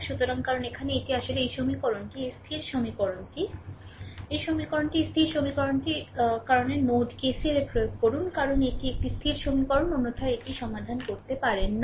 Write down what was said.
সুতরাং কারণ এখানে এটি আসলে এই সমীকরণটি এই স্থির সমীকরণটি এই সমীকরণটি এই সমীকরণটি এই স্থির সমীকরণটি এই সমীকরণটি কারণ নোডে KCL প্রয়োগ করুন কারণ এটি একটি স্থির সমীকরণ অন্যথায় এটি সমাধান করতে পারে না